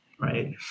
right